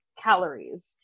calories